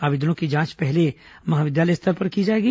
आवेदनों की जांच पहले महाविद्यालय स्तर पर की जाएगी